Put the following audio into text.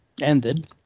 ended